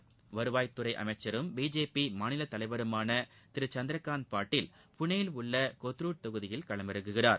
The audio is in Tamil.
பிஜேபி வருவாய்துறை அமைச்சரும் மாநிலத் தலைவருமான திரு சந்திரகாந்த் பாட்டல் புனேயில் உள்ள கொத்ருட் தொகுதியில் களமிறங்குகிறார்